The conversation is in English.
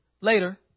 later